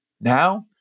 Now